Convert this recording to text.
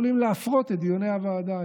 יכולים להפרות את דיוני הוועדה,